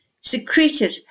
secreted